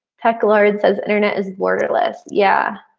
tech lord says internet is borderless. yeah.